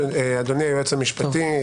אדוני היועץ המשפטי,